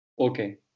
okay